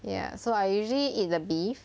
ya so I usually eat the beef